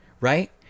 right